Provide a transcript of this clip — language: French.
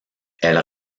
elle